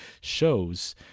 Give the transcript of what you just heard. shows